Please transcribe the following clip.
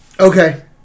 Okay